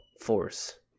force